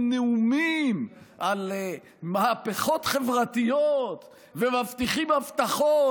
נאומים על מהפכות חברתיות ומבטיחים הבטחות.